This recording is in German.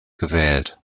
gewählt